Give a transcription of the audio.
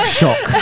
shock